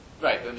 Right